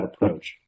approach